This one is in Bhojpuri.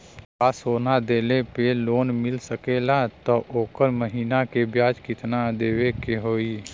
का सोना देले पे लोन मिल सकेला त ओकर महीना के ब्याज कितनादेवे के होई?